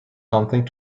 something